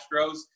Astros